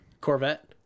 Corvette